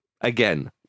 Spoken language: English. again